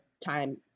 time